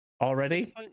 Already